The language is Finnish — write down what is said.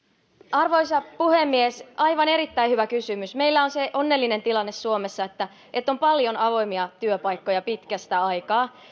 arvoisa puhemies aivan erittäin hyvä kysymys meillä on se onnellinen tilanne suomessa että että on paljon avoimia työpaikkoja pitkästä aikaa